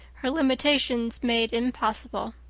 her limitations made impossible.